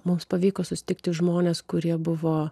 mums pavyko susitikti žmones kurie buvo